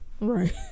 Right